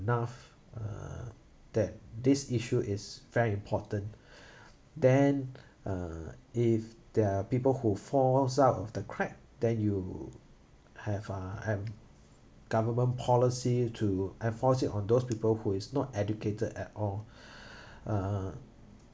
enough uh that this issue is very important then uh if there are people who falls out of the crack then you have uh um government policy to enforce it on those people who is not educated at all uh